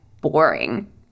boring